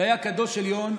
שהיה קדוש עליון.